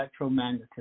electromagnetism